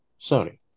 Sony